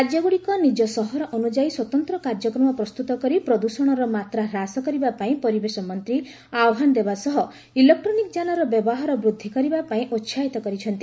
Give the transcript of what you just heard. ରାଜ୍ୟଗୁଡ଼ିକ ନିଜ ସହର ଅନୁଯାୟୀ ସ୍ୱତନ୍ତ୍ର କାର୍ଯ୍ୟକ୍ରମ ପ୍ରସ୍ତୁତ କରି ପ୍ରଦ୍ଷଣର ମାତ୍ରା ହ୍ରାସ କରିବା ପାଇଁ ପରିବେଶ ମନ୍ତ୍ରୀ ଆହ୍ବାନ ଦେବା ସହ ଇଲେକ୍ରୋନିକ୍ ଯାନର ବ୍ୟବହାର ବୃଦ୍ଧି କରିବା ପାଇଁ ଉସାହିତ କରିଛନ୍ତି